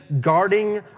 guarding